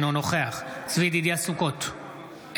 אינו נוכח צבי ידידיה סוכות,